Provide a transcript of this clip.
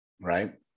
right